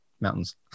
mountains